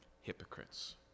hypocrites